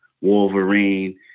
Wolverine